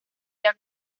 día